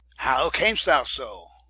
how cam'st thou so?